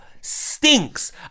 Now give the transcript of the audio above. stinks